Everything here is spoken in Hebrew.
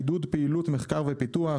עידוד פעילות מחקר ופיתוח,